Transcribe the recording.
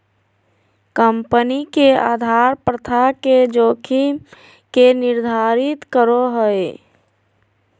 company के उधार प्रथा के जोखिम के निर्धारित करो हइ